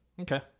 Okay